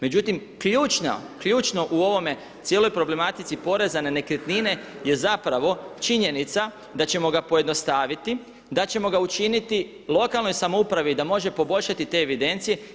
Međutim ključno u ovoj cijeloj problematici poreza na nekretnine je zapravo činjenica da ćemo ga pojednostaviti, da ćemo ga učiniti lokalnoj samoupravi da može poboljšati te evidencije.